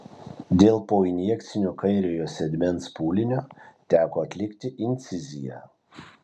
dėl poinjekcinio kairiojo sėdmens pūlinio teko atlikti inciziją